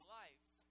life